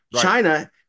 china